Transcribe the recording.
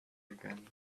again